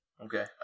Okay